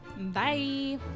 Bye